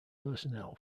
personnel